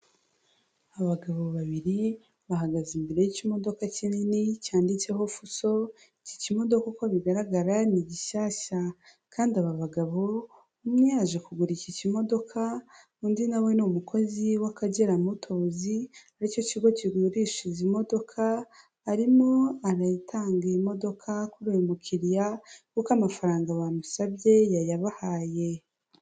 Abagabo babiri bahagaze imbere y'ikimodoka kinini cyanditseho fuso, ikikimodoka uko bigaragara ni gishyashya, kandi aba bagabo umwe yaje kugura iki kimodoka undi nawe ni umukozi w'akagera motozi aricyo kigo kigurisha izi modoka, arimo aratanga iyi modoka ambwira umukiriya, yuko amafaranga bamusabye yayabahaye.